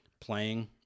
playing